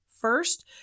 First